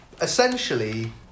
essentially